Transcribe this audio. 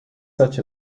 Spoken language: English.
such